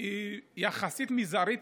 הוא יחסית מזערי,